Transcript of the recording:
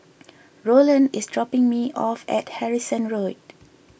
Rowland is dropping me off at Harrison Road